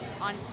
On